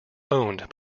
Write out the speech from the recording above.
owned